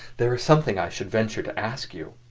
there is something i should venture to ask you.